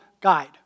Guide